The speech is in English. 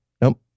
nope